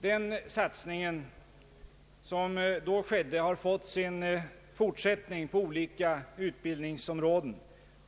Den satsning som då skedde har fått sin fortsättning på olika utbildningsområden,